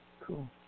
Cool